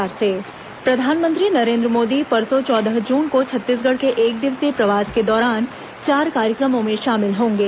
प्रधानमंत्री दौरा प्रधानमंत्री नरेन्द्र मोदी परसों चौदह जून को छत्तीसगढ़ के एकदिवसीय प्रवास के दौरान चार कार्यक्रमों में शामिल होंगे